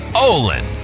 Olin